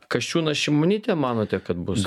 kasčiūnas šimonytė manote kad bus